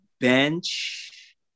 bench